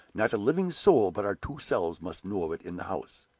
not a living soul but our two selves must know of it in the house.